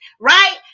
right